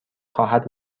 خواهد